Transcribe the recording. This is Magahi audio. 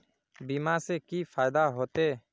बीमा से की फायदा होते?